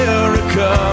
America